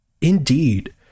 Indeed